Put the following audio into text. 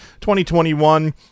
2021